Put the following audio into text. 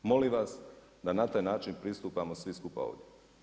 Molim vas da na taj način pristupamo svi skupa ovdje.